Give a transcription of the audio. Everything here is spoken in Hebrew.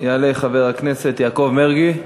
יעלה חבר הכנסת יעקב מרגי,